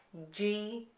g,